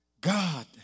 God